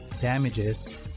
damages